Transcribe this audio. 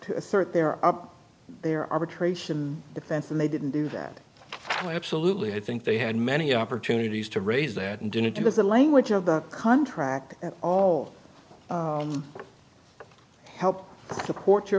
to assert their their arbitration defense and they didn't do that and we absolutely i think they had many opportunities to raise that and did it because the language of the contract all help support your